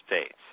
states